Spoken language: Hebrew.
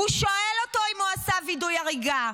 והוא שאל אותו אם הוא עשה וידוא הריגה.